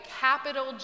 capital